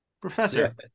Professor